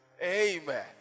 amen